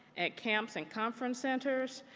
at camps and conference centers,